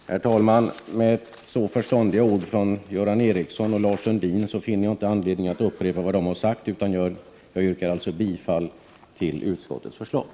Herr talman! Med så förståndiga ord från Göran Ericsson och Lars Sundin, finner jag inte anledning att upprepa vad de har sagt. Jag yrkar således bifall till utskottets hemställan.